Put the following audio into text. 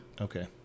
Okay